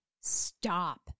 Stop